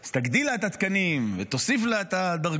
אז תגדיל לה את התקנים ותוסיף לה את הדרגות,